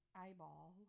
Eyeball